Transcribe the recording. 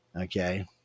okay